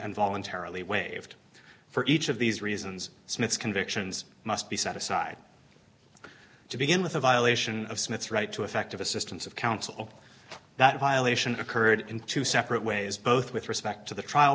and voluntarily waived for each of these reasons smith's convictions must be set aside to begin with a violation of smith's right to effective assistance of counsel that violation occurred in two separate ways both with respect to the trial